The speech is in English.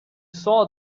saw